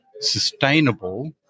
sustainable